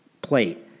plate